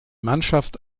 mannschaft